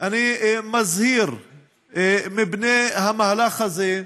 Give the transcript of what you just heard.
אני מזהיר מפני המהלך הזה,